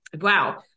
wow